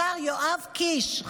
השר יואב קיש,